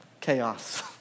Chaos